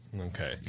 Okay